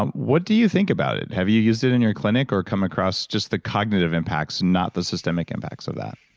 um what do you think about it? have you used it in your clinic or come across just the cognitive impacts, not the systemic impacts of that?